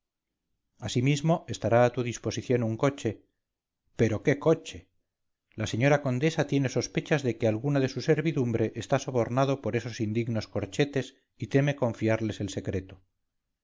asimismo estará a tu disposición un coche pero qué coche la señora condesa tiene sospechas de que alguno de su servidumbre está sobornado por esos indignos corchetes y teme confiarles el secreto